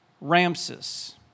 Ramses